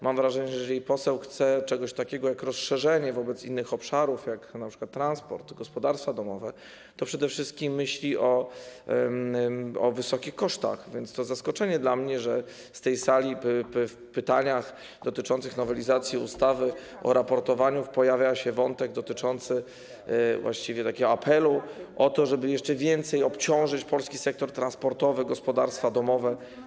Mam wrażenie, że jeżeli poseł chce czegoś takiego jak rozszerzenie wobec innych obszarów, jak np. transport, gospodarstwa domowe, to przede wszystkim myśli o wysokich kosztach, więc to jest dla mnie zaskoczenie, że z tej sali w pytaniach dotyczących nowelizacji ustawy o raportowaniu pojawia się wątek dotyczący właściwie apelu o to, żeby jeszcze bardziej obciążyć polski sektor transportowy, gospodarstwa domowe.